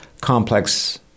complex